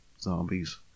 Zombies